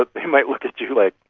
ah they might look at you like,